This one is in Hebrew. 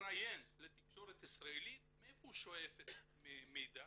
מתראיין לתקשורת הישראלית מאיפה הוא שואב מידע?